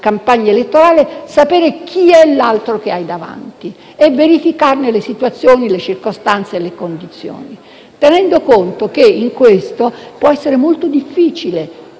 campagna elettorale, sapere chi è l'altro che hai davanti e verificare le situazioni, le circostanze e le condizioni, tenendo conto che ciò può essere molto difficile,